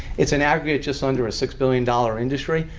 it's in aggregate just under a six billion dollars industry,